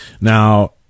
now